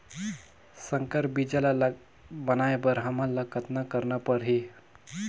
संकर बीजा ल बनाय बर हमन ल कतना करना परही?